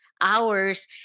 hours